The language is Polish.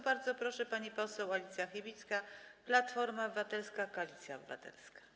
Bardzo proszę, pani poseł Alicja Chybicka, Platforma Obywatelska - Koalicja Obywatelska.